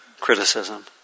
Criticism